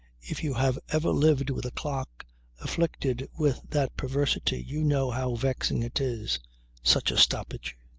if you have ever lived with a clock afflicted with that perversity, you know how vexing it is such a stoppage.